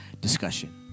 discussion